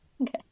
Okay